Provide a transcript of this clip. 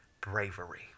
bravery